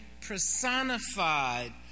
personified